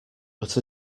but